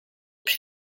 przy